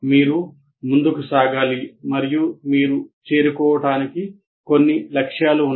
మీరు ముందుకు సాగాలి మరియు మీరు చేరుకోవడానికి కొన్ని లక్ష్యాలు ఉన్నాయి